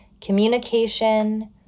communication